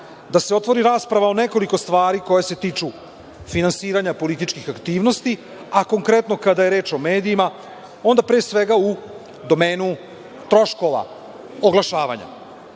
da se otvori rasprava o nekoliko stvari koje se tiču finansiranja političkih aktivnosti, a konkretno kada je reč o medijima, onda pre svega u domenu troškova oglašavanja. Predlagali